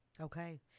Okay